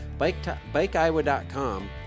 BikeIowa.com